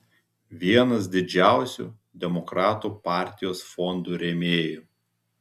vienas didžiausių demokratų partijos fondų rėmėjų